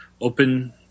open